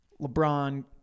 LeBron